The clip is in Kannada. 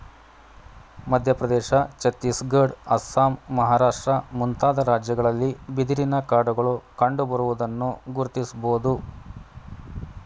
ಮಧ್ಯಪ್ರದೇಶ, ಛತ್ತೀಸ್ಗಡ, ಅಸ್ಸಾಂ, ಮಹಾರಾಷ್ಟ್ರ ಮುಂತಾದ ರಾಜ್ಯಗಳಲ್ಲಿ ಬಿದಿರಿನ ಕಾಡುಗಳು ಕಂಡುಬರುವುದನ್ನು ಗುರುತಿಸಬೋದು